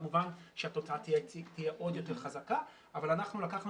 כמובן שהתוצאה תהיה עוד יותר חזקה אבל אנחנו לקחנו